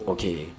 Okay